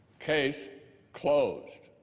case closed.